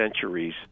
centuries